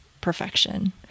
perfection